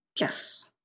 Yes